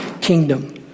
kingdom